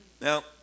Now